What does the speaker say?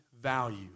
value